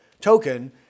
token